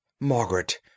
Margaret